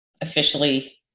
officially